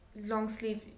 long-sleeve